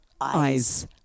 eyes